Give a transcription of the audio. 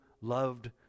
loved